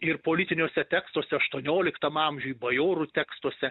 ir politiniuose tekstuose aštuonioliktam amžiuj bajorų tekstuose